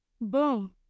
Boom